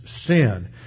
sin